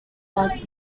was